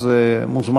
אז הם מוזמנים.